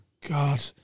God